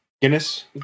Guinness